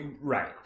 Right